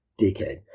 Dickhead